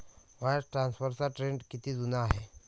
Wire ट्रान्सफरचा trend किती जुना आहे?